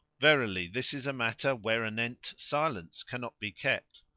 verily this is a matter whereanent silence cannot be kept,